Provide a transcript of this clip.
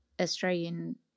Australian